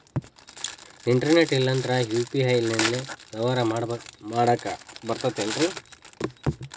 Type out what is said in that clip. Internet ಇಲ್ಲಂದ್ರ UPI ಲೇ ವ್ಯವಹಾರ ಮಾಡಾಕ ಬರತೈತೇನ್ರೇ?